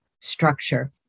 structure